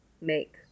make